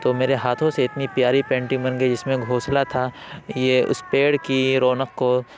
تو میرے ہاتھوں سے اتنی پیاری پینٹنگ بن گئی جس میں گھونسلہ تھا یہ اس پیڑ کی رونق کو